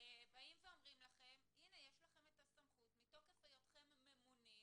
באים ואומרים שיש לכם את הסמכות מתוקף היותכם ממונים.